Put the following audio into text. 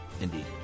Indeed